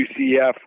UCF